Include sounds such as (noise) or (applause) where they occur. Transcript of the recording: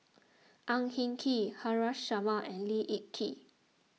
(noise) Ang Hin Kee Haresh Sharma and Lee Kip Lee